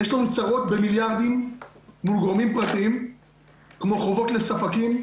יש לנו צרות במיליארדים מול גורמים פרטיים כמו חובות לספקים,